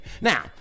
Now